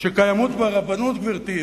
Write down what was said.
שקיימות ברבנות, גברתי.